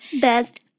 Best